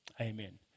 Amen